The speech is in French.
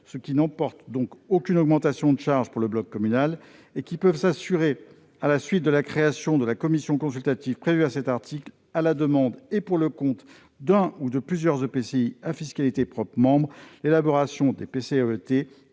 ce qui n'emporte aucune augmentation de charge pour le bloc communal -, qui peuvent assurer, à la suite de la création de la commission consultative prévue à cet article, à la demande et pour le compte d'un ou de plusieurs EPCI à fiscalité propre membres, l'élaboration du PCAET